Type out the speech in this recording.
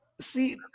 See